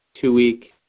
two-week